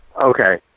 Okay